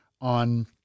on